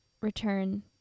return